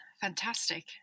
fantastic